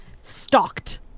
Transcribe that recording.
stalked